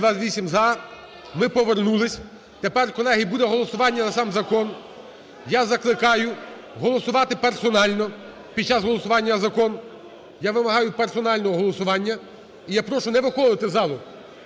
За-228 Ми повернулись. Тепер, колеги, буде голосування за сам закон. Я закликаю голосувати персонально під час голосування закон, я вимагаю персонального голосування. І я прошу не виходити з залу,